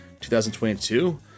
2022